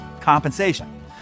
compensation